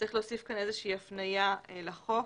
צריך להוסיף כאן איזושהי הפניה לחוק.